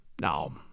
Now